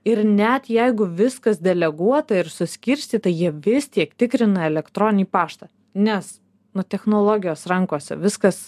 ir net jeigu viskas deleguota ir suskirstyta jie vis tiek tikrina elektroninį paštą nes nu technologijos rankose viskas